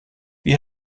wie